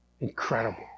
Incredible